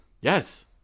Yes